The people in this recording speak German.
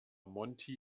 monti